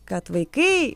kad vaikai